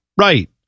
right